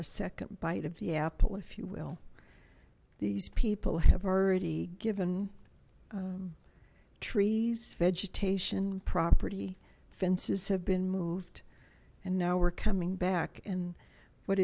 a second bite of the apple if you will these people have already given trees vegetation property fences have been moved and now we're coming back and what